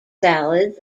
salads